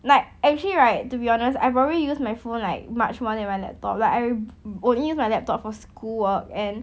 like actually right to be honest I probably use my phone like much more than my laptop like I would use my laptop for schoolwork and